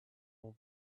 will